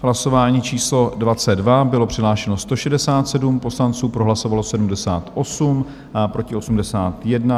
Hlasování číslo 22, bylo přihlášeno 167 poslanců, pro hlasovalo 78, proti 81.